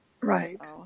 Right